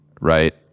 right